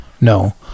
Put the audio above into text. No